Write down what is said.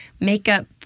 makeup